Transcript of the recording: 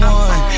one